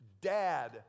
dad